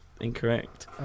incorrect